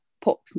pop